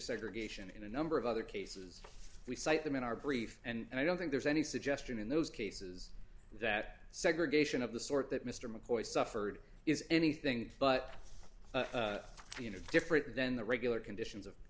segregation in a number of other cases we cite them in our brief and i don't think there's any suggestion in those cases that segregation of the sort that mr mccoy suffered is anything but you know different than the regular conditions of of